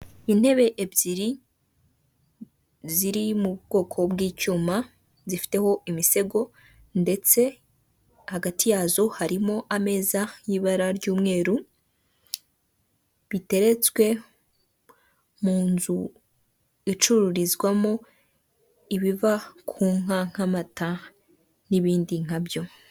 Intebe ebyiri ziri mu bwoko bw'icyuma, zifiteho imisego ndetse hagati yazo harimo ameza y'ibara ry'umweru biteretswe mu nzu icururizwamo ibiva ku nka nk'amata n'ibindi nka byo.